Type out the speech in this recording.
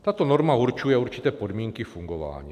Tato norma určuje určité podmínky fungování.